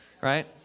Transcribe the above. right